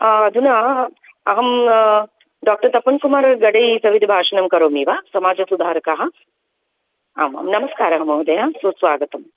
अधुना अहं डोक्टर् तपन्कुमार् गडे सविधे भाषणं करोमि वा समाजसुधारकः आम् आं नमस्कारः महोदय सुस्वागतम्